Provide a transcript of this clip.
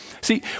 See